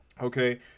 okay